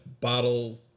bottle